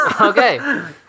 Okay